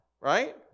Right